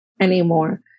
anymore